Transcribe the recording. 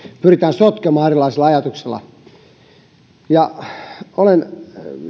pyritään sotkemaan erilaisilla ajatuksilla olen